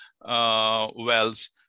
wells